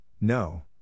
No